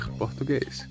português